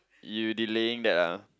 you delaying that ah